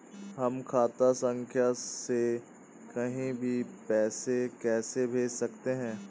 हम खाता संख्या से कहीं भी पैसे कैसे भेज सकते हैं?